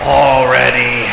already